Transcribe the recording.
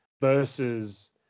versus